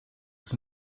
was